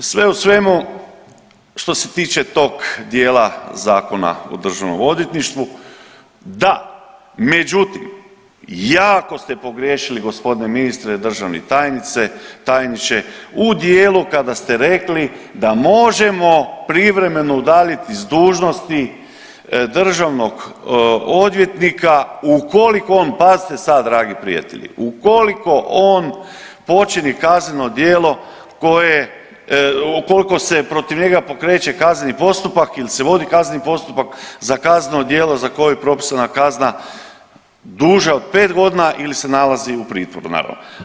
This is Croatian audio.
Sve u svemu što se tiče tog dijela Zakona o državnom odvjetništvu da, međutim jako ste pogriješili g. ministre, državni tajniče u dijelu kada ste rekli da možemo privremeno udaljiti s dužnosti državnog odvjetnika ukoliko on, pazite sad dragi prijatelji, ukoliko on počini kazneno djelo koje ukoliko se protiv njega pokreće kazneni postupak ili se vodi kazneni postupak za kazneno djelo za koje je propisana kazna duža od pete godina ili se nalazi u pritvoru naravno.